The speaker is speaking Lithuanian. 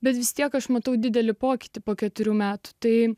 bet vis tiek aš matau didelį pokytį po keturių metų tai